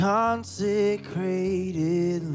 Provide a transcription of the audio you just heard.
consecrated